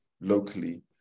locally